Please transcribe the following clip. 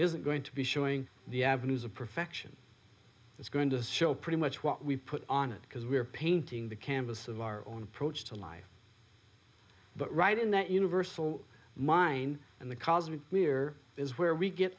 isn't going to be showing the avenues of perfection is going to show pretty much what we put on it because we are painting the canvas of our own approach to life but right in that universal mind and the cosmic we're is where we get